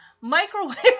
microwave